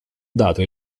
dato